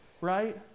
Right